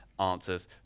answers